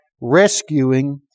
rescuing